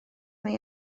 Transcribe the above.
mai